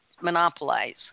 monopolize